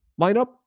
lineup